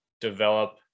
develop